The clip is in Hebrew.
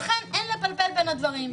לכן אין לבלבל בין הדברים.